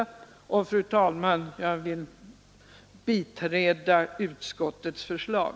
Jag vill, fru talman, biträda utskottets förslag.